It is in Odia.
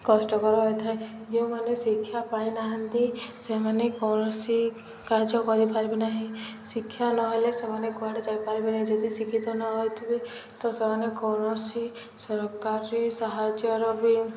କଷ୍ଟକର ହୋଇଥାଏ ଯେଉଁମାନେ ଶିକ୍ଷା ପାଇ ନାହାନ୍ତି ସେମାନେ କୌଣସି କାର୍ଯ୍ୟ କରିପାରିବେ ନାହିଁ ଶିକ୍ଷା ନହେଲେ ସେମାନେ କୁଆଡ଼େ ଯାଇପାରିବେ ନାହିଁ ଯଦି ଶିକ୍ଷିତ ନହେଇଥିବେ ତ ସେମାନେ କୌଣସି ସରକାରୀ ସାହାଯ୍ୟର ବି